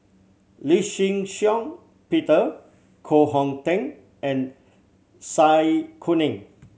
Lee Shih Shiong Peter Koh Hong Teng and Zai Kuning